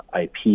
IP